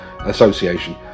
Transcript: Association